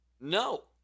No